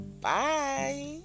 Bye